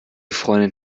freundin